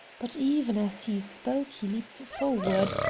but even as he spoke he leaped forward.